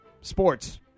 Sports